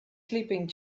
sleeping